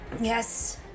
Yes